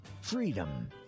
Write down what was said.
Freedom